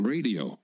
Radio